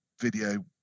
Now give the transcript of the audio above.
video